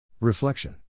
Reflection